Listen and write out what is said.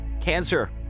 Cancer